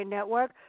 Network